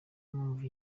mpamvu